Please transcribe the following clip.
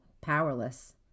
powerless